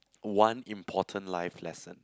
one important life lesson